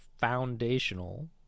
foundational